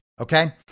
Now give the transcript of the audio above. Okay